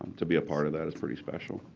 to be a part of that is pretty special.